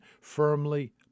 firmly